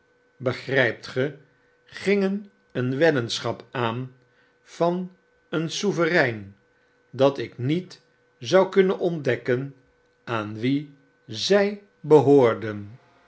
begrypt ge gingen een weddenschap aan van een sovereign dat ik niet zou kunnen ontdekken aan wien zy behoorden